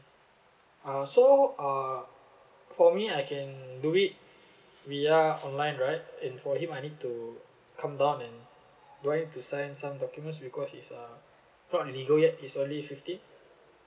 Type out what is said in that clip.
uh so uh for me I can do it via online right and for him I need to come down and do I have to sign some documents because he's uh not eligible yet he's only fifteen